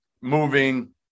moving